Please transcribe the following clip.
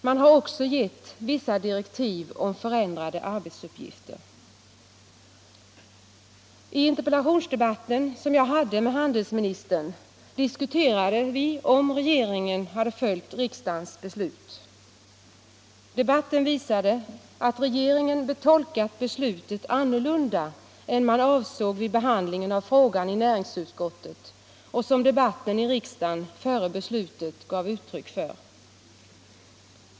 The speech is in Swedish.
Man har också gett vissa direktiv om förändrade arbetsuppgifter. I den interpellationsdebatt som jag hade med handelsministern diskuterade vi frågan om regeringen följt riksdagens beslut. Debatten visade att regeringen tolkat beslutet annorlunda än man avsåg vid behandlingen av ärendet i näringsutskottet och som debatten i riksdagen före beslutet gav uttryck för.